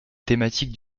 thématiques